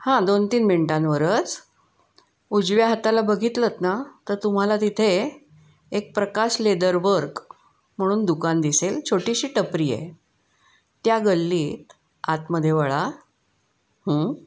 हां दोन तीन मिनटांवरच उजव्या हाताला बघितलं ना तर तुम्हाला तिथे एक प्रकाश लेदर वर्क म्हणून दुकान दिसेल छोटीशी टपरी आहे त्या गल्लीत आतमधे वळा